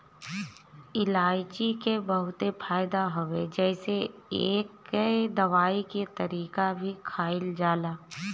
इलायची के बहुते फायदा हवे जेसे एके दवाई के तरह भी खाईल जाला